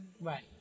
right